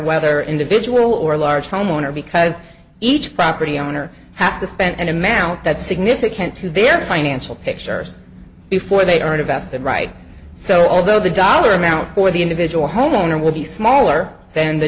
whether individual or large homeowner because each property owner have to spend any amount that's significant to their financial pictures before they earn about that right so although the dollar amount for the individual homeowner will be smaller than the